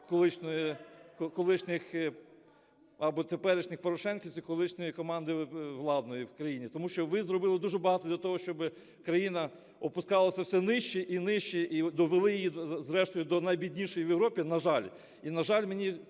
колишніх або теперішніх порошенківців, колишньої команди владної в країні, тому що ви зробили дуже багато для того, щоб країна опускалася все нижче і нижче, і довели її зрештою до найбіднішої в Європі, на жаль. І, на жаль, мені